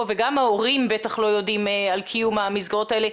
וגם ההורים בטח לא יודעים על קיום המסגרות האלה.